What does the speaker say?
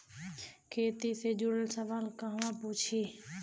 खेती से जुड़ल सवाल कहवा पूछी?